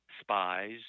spies